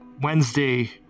Wednesday